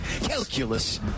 Calculus